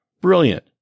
Brilliant